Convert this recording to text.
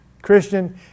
Christian